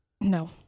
No